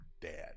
dead